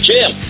Jim